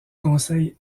conseil